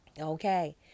Okay